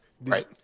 Right